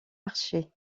archers